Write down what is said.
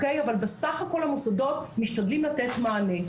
אבל בסך הכול המוסדות משתדלים לתת מענה.